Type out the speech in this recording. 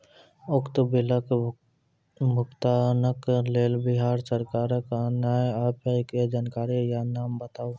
उक्त बिलक भुगतानक लेल बिहार सरकारक आअन्य एप के जानकारी या नाम बताऊ?